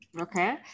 okay